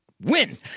win